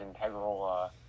integral